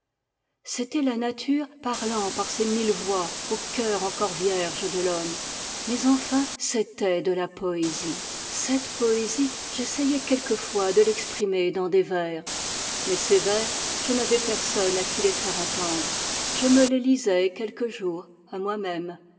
c'était la nature parlant par ces mille voix au cœur encore vierge de l'homme mais enfin c'était de la poésie cette poésie j'es sayais quelquefois de l'exprimer dans des vers mais ces vers je n'avais personne à qui les faire entendre je me les lisais quelques jours à moi-même